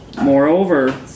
Moreover